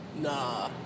nah